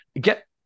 get